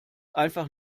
einfach